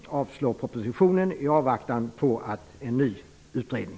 Därmed yrkar jag avslag på propositionen.